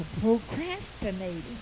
procrastinating